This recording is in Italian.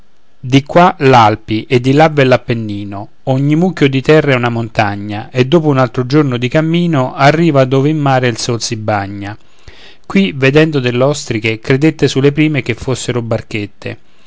di qua l'alpi e di là v'è l'appennino ogni mucchio di terra è una montagna e dopo un altro giorno di cammino arriva dove in mare il sol si bagna qui vedendo dell'ostriche credette sulle prime che fossero barchette